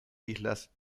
islas